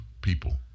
people